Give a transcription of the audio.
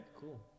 Cool